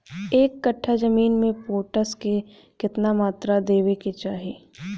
एक कट्ठा जमीन में पोटास के केतना मात्रा देवे के चाही?